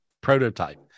prototype